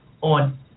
on